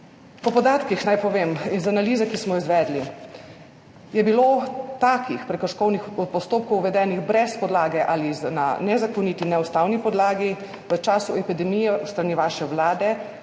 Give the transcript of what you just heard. Po podatkih, naj povem, iz analize, ki smo jo izvedli, je bilo takih prekrškovnih postopkov, uvedenih brez podlage ali na nezakoniti, neustavni podlagi v času epidemije s strani vaše vlade,